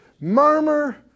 murmur